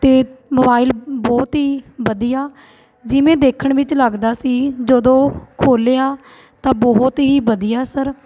ਅਤੇ ਮੋਬਾਇਲ ਬਹੁਤ ਹੀ ਵਧੀਆ ਜਿਵੇਂ ਦੇਖਣ ਵਿੱਚ ਲੱਗਦਾ ਸੀ ਜਦੋਂ ਖੋਲਿਆ ਤਾਂ ਬਹੁਤ ਹੀ ਵਧੀਆ ਸਰ